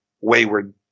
wayward